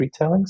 retellings